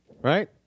right